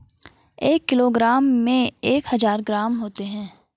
एक किलोग्राम में एक हजार ग्राम होते हैं